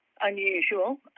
unusual